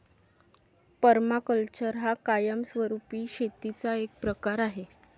permaculture हा कायमस्वरूपी शेतीचा एक प्रकार आहे